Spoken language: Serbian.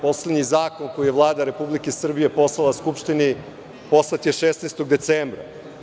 Poslednji zakon koji je Vlada Republike Srbije poslala Skupštini poslat je 16. decembra.